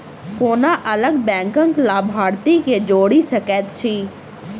कोना अलग बैंकक लाभार्थी केँ जोड़ी सकैत छी?